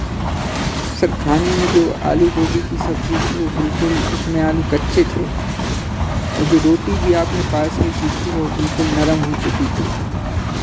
sir खाने में जो आलू गोभी की सब्जी थी वो बिल्कुल उसमें आलू कच्चे थे और जो रोटी भी आपने पार्सल की थी वो बिल्कुल नरम हो चुकी थी